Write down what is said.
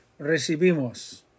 recibimos